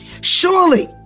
Surely